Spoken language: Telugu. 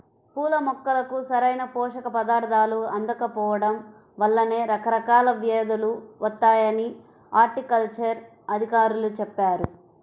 పూల మొక్కలకు సరైన పోషక పదార్థాలు అందకపోడం వల్లనే రకరకాల వ్యేదులు వత్తాయని హార్టికల్చర్ అధికారులు చెప్పారు